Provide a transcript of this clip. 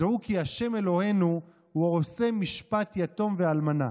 תדעו כי השם אלוהינו, הוא עושה משפט יתום ואלמנה